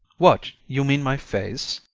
what, you mean my face?